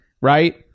right